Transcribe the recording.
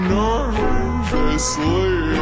nervously